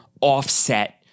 offset